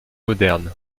moderne